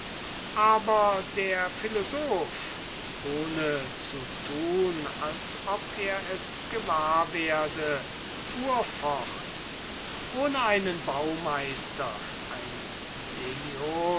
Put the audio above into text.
aber der philosoph ohne zu tun als ob er es gewahr werde fuhr fort ohne einen baumeister einen demiurgen